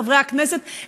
חברי הכנסת,